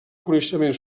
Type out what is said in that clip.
coneixement